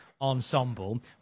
ensemble